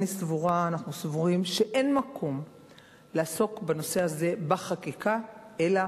אנחנו סבורים שאין מקום לעסוק בנושא הזה בחקיקה אלא